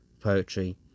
poetry